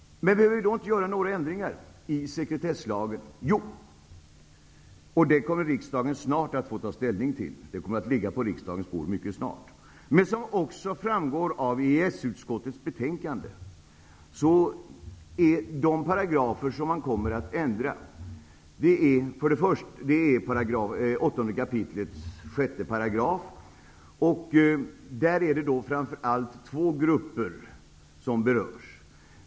Men behöver vi då inte göra några ändringar i sekretesslagen? Jo, det måste vi, och det kommer riksdagen snart att få ta ställning till. Förslag kommer att ligga på riksdagens bord mycket snart. Som också framgår av EES-utskottets betänkande finns bland de paragrafer som man kommer att ändra 8 kap. 6 §, och där är det framför allt två grupper som berörs.